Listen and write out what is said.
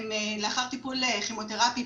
הם לאחר טיפול כימותרפי,